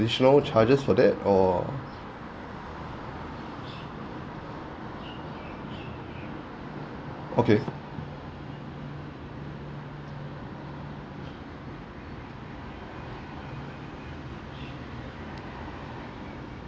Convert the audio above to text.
~ditional charges for that or okay